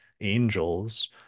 angels